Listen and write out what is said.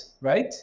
right